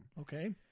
Okay